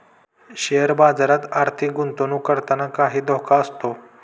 share बाजारात आर्थिक गुंतवणूक करताना काही धोका असतो